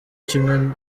kimwe